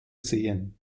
sehen